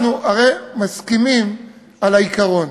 אנחנו הרי מסכימים על העיקרון.